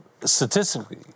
statistically